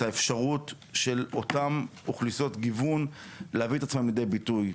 האפשרות של אותן אוכלוסיות גיוון להביא את עצמן לידי ביטוי.